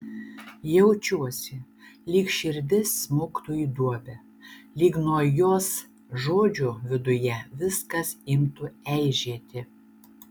jaučiuosi lyg širdis smuktų į duobę lyg nuo jos žodžių viduje viskas imtų eižėti